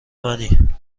منی